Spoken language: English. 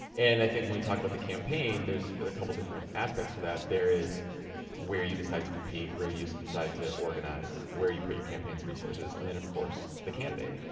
and i think when we talk about the campaign, there's a couple different aspects to that. there is where you decide to compete, where you you decide to organize, where you put your campaign's resources, and then of course the candidate.